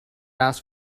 ask